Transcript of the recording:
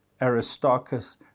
Aristarchus